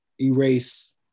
erase